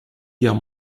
guerre